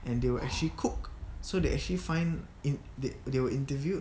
and they will actually cook so they actually find it they they were interviewed